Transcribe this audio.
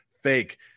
fake